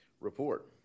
report